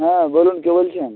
হ্যাঁ বলুন কে বলছেন